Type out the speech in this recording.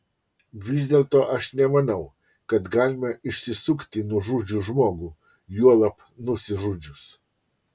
vis dėlto aš nemanau kad galima išsisukti nužudžius žmogų juolab nusižudžius